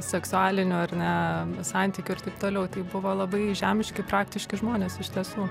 seksualinių ar ne santykių ir taip toliau tai buvo labai žemiški praktiški žmonės iš tiesų